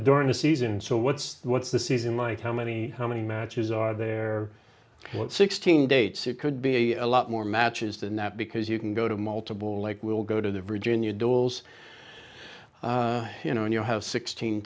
during the season so what's the what's the season like how many how many matches are there what sixteen dates it could be a lot more matches than that because you can go to multiple like will go to the virginia duels you know and you have sixteen